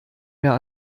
mehr